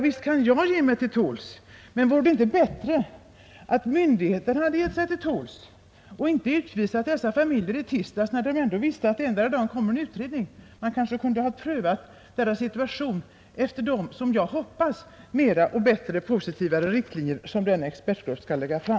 Visst kan jag ge mig till tåls, men vore det inte bättre att myndigheterna hade gett sig till tåls och inte utvisat dessa familjer i tisdags, när man ändå visste att endera dagen kommer det en utredning? Man borde kunnat pröva deras situation efter de, som jag hoppas, mera positiva riktlinjer som denna expertgrupp skall lägga fram.